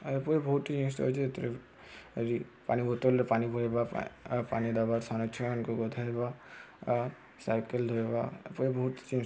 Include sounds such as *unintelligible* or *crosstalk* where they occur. ଏପରି ବହୁତ ଜିନିଷ ପାଣି ବୋତଲରେ ପାଣି ପୁରାଇବା ପାନି ଦେବାର *unintelligible* ଗଧୋଇବା ସାଇକେଲ ଧୋଇବା ଏପରି ବହୁତ